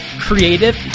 creative